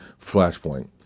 Flashpoint